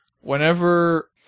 whenever